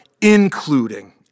including